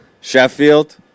Sheffield